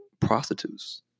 prostitutes